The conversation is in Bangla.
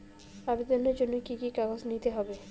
আবেদনের জন্য কি কি কাগজ নিতে হবে?